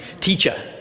teacher